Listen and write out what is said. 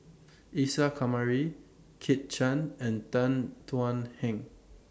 Isa Kamari Kit Chan and Tan Thuan Heng